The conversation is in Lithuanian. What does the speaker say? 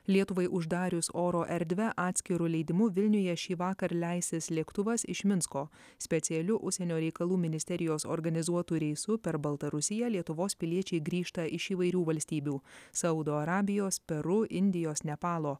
lietuvai uždarius oro erdve atskiru leidimu vilniuje šįvakar leisis lėktuvas iš minsko specialiu užsienio reikalų ministerijos organizuotu reisu per baltarusiją lietuvos piliečiai grįžta iš įvairių valstybių saudo arabijos peru indijos nepalo